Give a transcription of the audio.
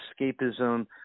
escapism